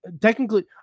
Technically